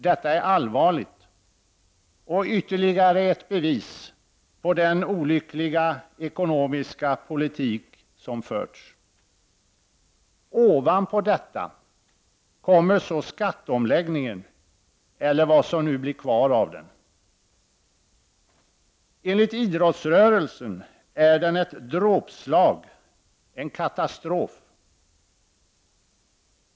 Detta är allvarligt och ytterligare ett bevis på den olyckliga ekonomiska politik som förts. Ovanpå detta kommer så skatteomläggningen, eller vad som blir kvar av den. Enligt idrottsrörelsen är den ett dråpslag, en katastrof.